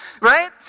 right